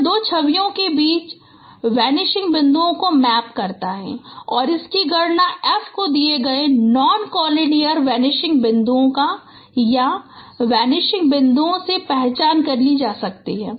यह दो छवियों के बीच वानिशिंग बिंदुओं को मैप करता है और इसकी गणना F को दिए गए 3 नॉन कॉलीनियर वानिशिंग बिंदुओं या 4 वानिशिंग बिंदुओं से पहचान कर की जा सकती है